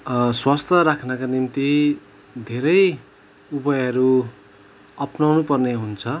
स्वास्थ्य राख्नका निम्ति धेरै उपायहरू अप्नाउनुपर्ने हुन्छ